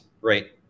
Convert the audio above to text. right